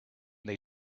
they